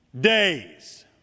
days